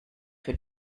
für